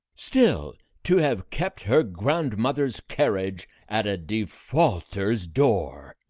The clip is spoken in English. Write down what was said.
still, to have kept her grandmother's carriage at a defaulter's door!